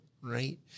right